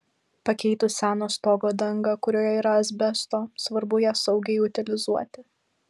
pakeitus seną stogo dangą kurioje yra asbesto svarbu ją saugiai utilizuoti